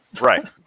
right